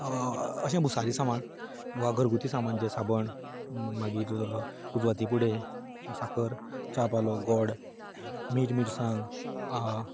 अशें भुशारी सामान घरगुती सामान अशें साबण मागीर उजवाती पुडे साकर च्या पालो गोड मीठ मिरसांग